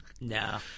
No